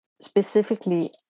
specifically